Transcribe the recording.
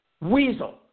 weasel